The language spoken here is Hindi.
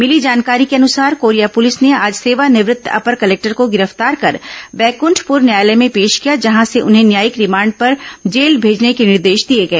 मिली जानकारी के अनुसार कोरिया पुलिस ने आज सेवानिवत्त अपर कलेक्टर को गिरफ्तार कर बैकुंठपुर न्यायालय में पेश किया जहां से उन्हें न्यायिक रिमांड पर जेल भेजने के निर्देश दिए गए